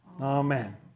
amen